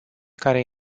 care